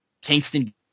Kingston